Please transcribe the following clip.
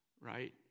right